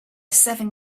seven